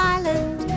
Island